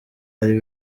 ari